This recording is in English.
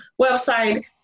website